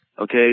okay